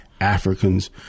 Africans